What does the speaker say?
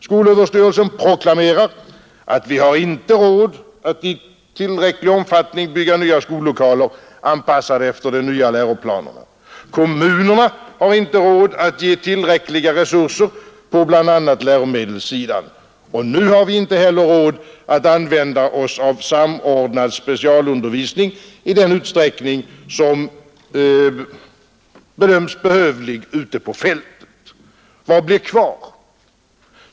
Skolöverstyrelsen proklamerar att vi inte har råd att i tillräcklig omfattning bygga nya skollokaler, anpassade efter de nya läroplanerna. Kommunerna har inte råd att ge tillräckliga resurser på bl.a. läromedelssidan, och nu har vi inte heller råd att använda oss av samordnad specialundervisning i den utsträckning som bedömts behövlig ute på fältet. Vad blir kvar?